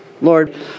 Lord